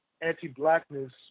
anti-blackness